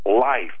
life